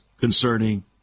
concerning